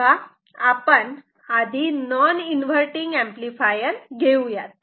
तेव्हा आपण आधी नॉन इन्व्हर्टटिंग एंपलीफायर घेऊयात